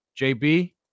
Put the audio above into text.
JB